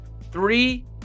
three